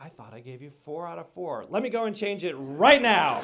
i thought i gave you four out of four let me go and change it right now